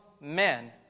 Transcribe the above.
men